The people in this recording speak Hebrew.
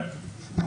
כן.